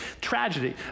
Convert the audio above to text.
Tragedy